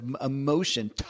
emotion